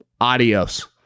adios